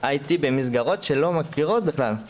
הייתי במסגרות שלא מכירות בכלל,